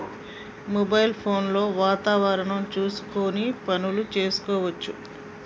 Mobile phone లో వాతావరణం చూసుకొని పనులు చేసుకోవచ్చా?